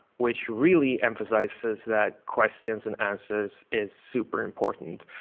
which really emphasizes that questions and answers is super important.